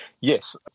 Yes